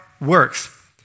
works